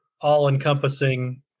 all-encompassing